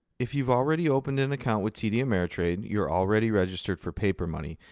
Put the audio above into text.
if you've already opened an account with td ameritrade, you're already registered for papermoney.